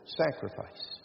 sacrifice